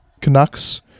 Canucks